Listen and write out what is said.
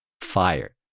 Fire